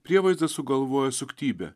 prievaizdas sugalvojo suktybę